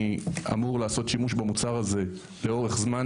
אמור לעשות שימוש במוצר הזה לאורך זמן,